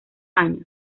años